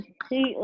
completely